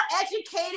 educated